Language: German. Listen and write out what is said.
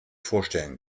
vorstellen